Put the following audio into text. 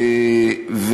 ממש לא סתם.